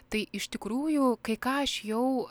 tai iš tikrųjų kai ką aš jau